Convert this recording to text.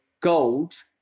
gold